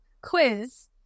quiz